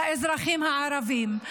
לאזרחים הערבים?